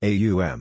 A-U-M